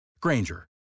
Granger